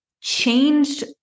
changed